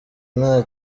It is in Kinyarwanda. nta